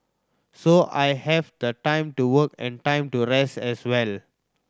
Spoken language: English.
so I have the time to work and time to rest as well